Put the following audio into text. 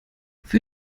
für